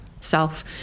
self